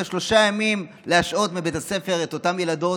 להשעות לשלושה ימים מבית הספר את אותן ילדות,